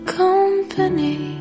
company